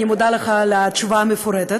אני מודה לך על התשובה המפורטת,